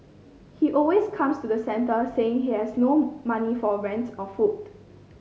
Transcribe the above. he always comes to the centre saying he has no money for rent or food